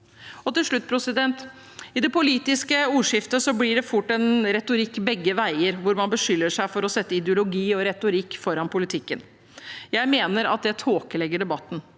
Til slutt: I det politiske ordskiftet blir det fort en retorikk begge veier, hvor man beskylder hverandre for å sette ideologi og retorikk foran politikken. Jeg mener at det tåkelegger debatten